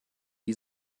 die